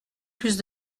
plus